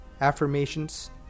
affirmations